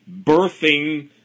birthing